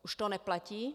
Už to neplatí?